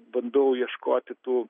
bandau ieškoti tų